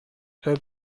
her